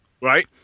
right